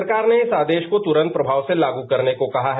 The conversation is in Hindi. सरकार ने इस आदेश को तुरंत प्रभाव से लागू करने को कहा है